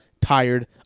tired